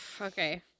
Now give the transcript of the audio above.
Okay